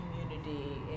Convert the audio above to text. community